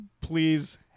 please –